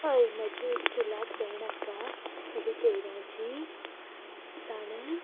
हय म्हजी एक चुलात भयण आसा म्हजी सोयऱ्यांची ताणें